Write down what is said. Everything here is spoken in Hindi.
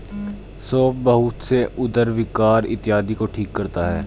सौंफ बहुत से उदर विकार इत्यादि को ठीक करता है